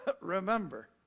Remember